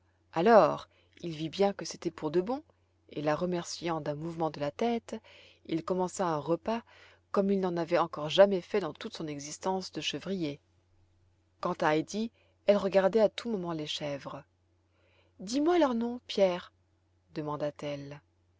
alors il vit bien que c'était pour de bon et la remerciant d'un mouvement de la tête il commença un repas comme il n'en avait encore jamais fait dans toute son existence de chevrier quant à heidi elle regardait à tout moment les chèvres dis-moi leurs noms pierre demanda-t-elle